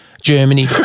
Germany